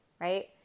right